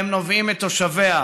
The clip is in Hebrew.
והם נובעים מתושביה.